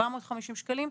450 שקלים.